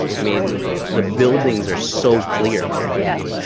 i mean, the buildings are so clear right yeah